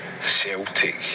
Celtic